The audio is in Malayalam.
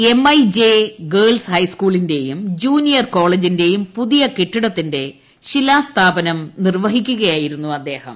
എംഐജെ ഗേൾസ് ഹൈസ്കൂളിന്റേയും ജൂനിയർ കോളേജിന്റെയും പുതിയ കെട്ടിടത്തിന്റെ ശിലാസ്ഥാപനം നിർവ്വഹിച്ചു സംസാരിക്കുകയായിരുന്നു അദ്ദേഹം